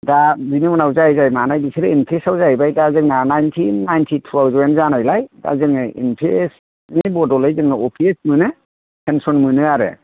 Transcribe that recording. दा बेनि उनाव जाय जाय लानाय जाहैबाय बिसोर एन फि एस आव जाहैबाय दा जोंना नायनथिन नायनथि थु आव जयेन्ट जानायलाय दा जोङो एन पि एसनि बद'लै जोङो अ फि एस मोनो पेन्सन मोनो आरो